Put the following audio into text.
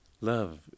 love